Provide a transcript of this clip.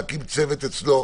להקים צוות אצלו,